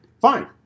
fine